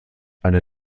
eine